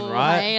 right